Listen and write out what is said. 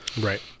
right